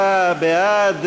47 בעד,